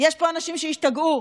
יש פה אנשים שהשתגעו.